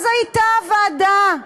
אז הייתה ועדה.